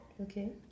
Okay